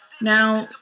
Now